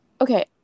Okay